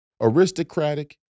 aristocratic